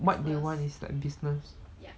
what they want is the business